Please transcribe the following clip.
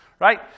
right